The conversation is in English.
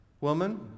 woman